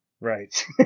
Right